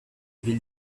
ville